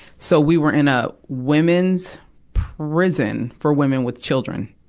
so we were in a women's prison for women with children.